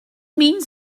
means